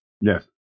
Yes